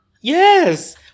Yes